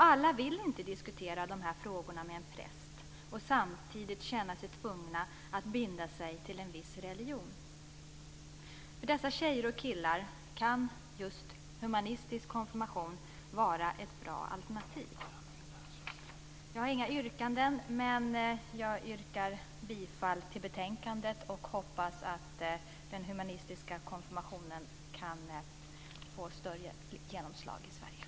Alla vill inte diskutera frågorna med en präst och samtidigt känna sig tvungna att binda sig till en viss religion. För dessa tjejer och killar kan just humanistisk konfirmation vara ett bra alternativ. Jag har inga yrkanden, men jag yrkar bifall till utskottets förslag. Jag hoppas att den humanistiska konfirmationen kan få större genomslag i Sverige.